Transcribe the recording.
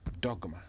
dogma